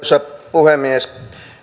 puhemies